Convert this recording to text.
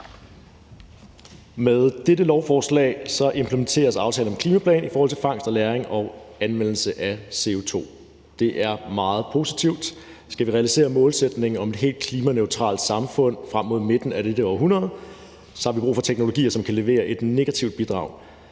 Med dette lovforslag implementeres aftalerne om en klimaplan i forhold til fangst og lagring og anvendelse af CO2. Det er meget positivt. Skal vi realisere målsætningen om et helt klimaneutralt samfund frem mod midten af dette århundrede, har vi brug for teknologier, som kan levere et negativt bidrag,